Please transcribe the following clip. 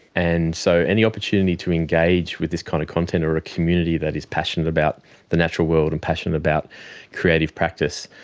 and so any opportunity to engage with this kind of content or a community that is passionate about the natural world and passionate about creative practice,